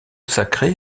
sacrée